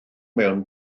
mewn